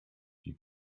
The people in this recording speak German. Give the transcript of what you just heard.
die